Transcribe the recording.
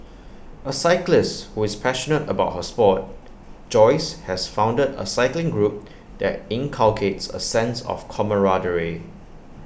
A cyclist who is passionate about her Sport Joyce has founded A cycling group that inculcates A sense of camaraderie